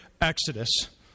exodus